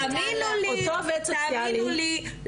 תאמינו לי,